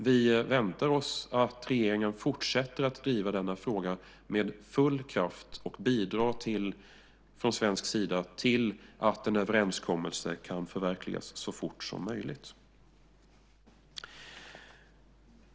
Vi väntar oss att regeringen fortsätter att driva denna fråga med full kraft från svensk sida och bidrar till att en överenskommelse kan förverkligas så fort som möjligt.